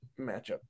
matchup